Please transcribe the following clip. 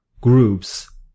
groups